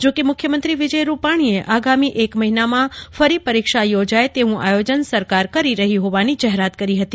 જો કે મુખ્યમંત્રી વિજય રૂપાણીએ આગામી એક મહિનામાં ફરી પરીક્ષા યોજાય તેવું આયોજન સરકાર કરી રહી હોવાની જાહેરાત કરી હતી